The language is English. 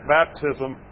baptism